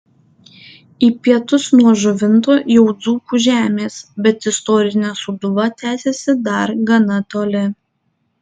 į pietus nuo žuvinto jau dzūkų žemės bet istorinė sūduva tęsiasi dar gana toli